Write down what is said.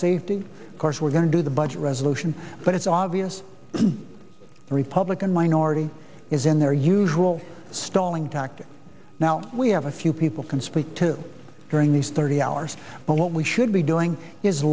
safety course we're going to do the budget resolution but it's obvious when the republican minority is in their usual stalling tactic now we have a few people can speak to during these thirty hours but what we should be doing is